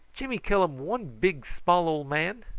jimmy killum one big small ole man!